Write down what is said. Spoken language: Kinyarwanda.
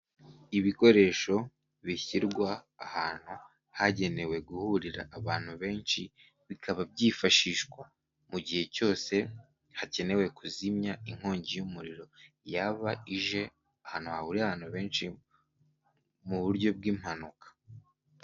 Ibikoresho bishyirwa ahantu hagenewe guhurira abantu benshi, bikaba byifashishwa mu gihe cyose hakenewe kuzimya inkongi y'umuriro, yaba ije ahantu hahurira ahantu benshi mu buryo bw'impanuka.